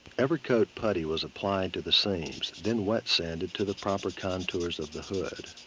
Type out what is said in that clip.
evercoat putty was applied to the seams then wet-sand it to the proper contours of the hood.